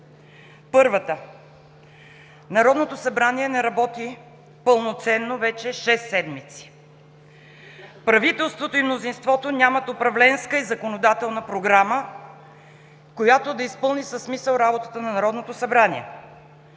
Първата – Народното събрание не работи пълноценно вече шест седмици. Правителството и мнозинството нямат управленска и законодателна програма, която да изпълни със смисъл работата на Народното събрание.